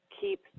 keep